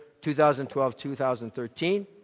2012-2013